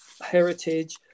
heritage